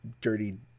dirty